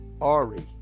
Ari